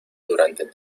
durante